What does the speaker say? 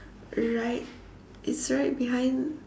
right it's right behind